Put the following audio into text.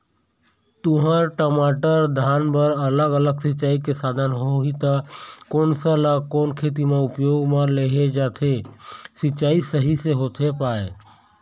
तुंहर, टमाटर, धान बर अलग अलग सिचाई के साधन होही ता कोन सा ला कोन खेती मा उपयोग मा लेहे जाथे, सिचाई सही से होथे पाए?